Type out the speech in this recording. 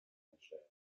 einstellen